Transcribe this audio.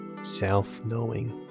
self-knowing